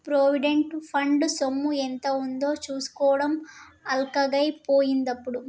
provident fund సొమ్ము ఎంత ఉందో చూసుకోవడం అల్కగై పోయిందిప్పుడు